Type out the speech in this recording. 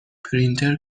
پرینتر